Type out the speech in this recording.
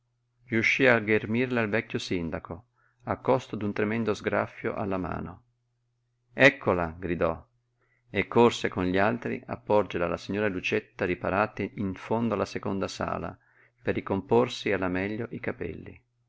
riuscí a ghermirla il vecchio sindaco a costo d'un tremendo sgraffio alla mano eccola gridò e corse con gli altri a porgerla alla signora lucietta riparata in fondo alla seconda sala per ricomporsi alla meglio i capelli